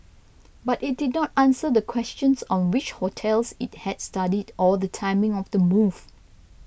but it did not answer the questions on which hotels it had studied or the timing of the move